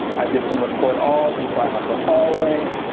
i did some record alls, and so i have the hallway.